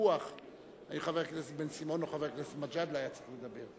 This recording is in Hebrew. ויכוח האם חבר הכנסת בן-סימון או חבר הכנסת מג'אדלה היה צריך לדבר.